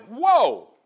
Whoa